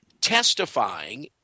testifying